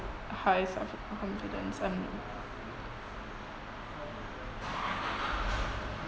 highs of confidence um